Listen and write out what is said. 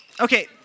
Okay